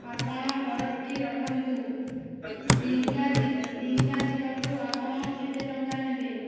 ଆପଣ ଅର୍ଡ଼ରଟି ରଖନ୍ତୁ ବିନକା ବିନକା ଯିବାକୁ ଆପଣ କେତେ ଟଙ୍କା ନେବେ